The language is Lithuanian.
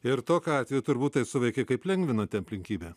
ir tokiu atveju turbūt tai suveikė kaip lengvinanti aplinkybė